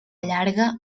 llarga